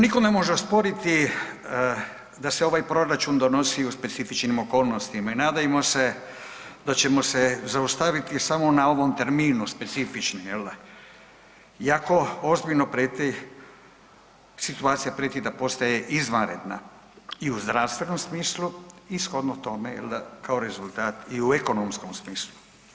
Niko ne može osporiti da se ovaj proračun donosi u specifičnim okolnostima i nadajmo se da ćemo se zaustaviti samo na ovom terminu „specifični“ jel da iako ozbiljno prijeti, situacija prijeti da postaje izvanredna i u zdravstvenom smislu i shodno tome jel da kao rezultat i u ekonomskom smislu.